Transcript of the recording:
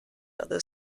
other